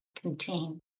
contain